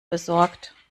besorgt